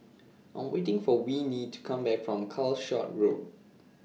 I Am waiting For Winnie to Come Back from Calshot Road